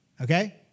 Okay